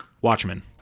Watchmen